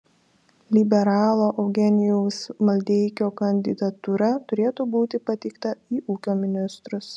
liberalo eugenijaus maldeikio kandidatūra turėtų būti pateikta į ūkio ministrus